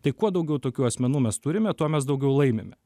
tai kuo daugiau tokių asmenų mes turime tuo mes daugiau laimime